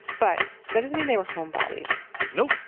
but that doesn't mean they were home bodies nope.